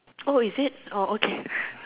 is it okay